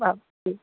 हा ठीकु